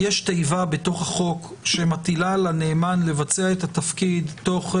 בתוך החוק יש תיבה שמטילה על הנאמן לבצע את התפקיד תוך,